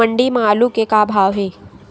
मंडी म आलू के का भाव हे?